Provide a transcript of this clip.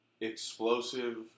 explosive